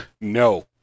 No